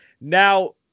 Now